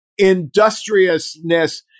industriousness